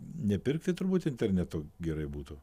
nepirkti turbūt internetu gerai būtų